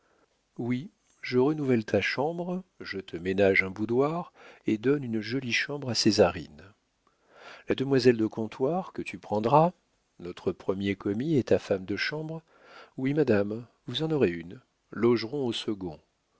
oui je renouvelle ta chambre je te ménage un boudoir et donne une jolie chambre à césarine la demoiselle de comptoir que tu prendras notre premier commis et ta femme de chambre oui madame vous en aurez une logeront au second